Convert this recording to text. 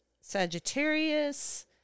Sagittarius